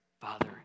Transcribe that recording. father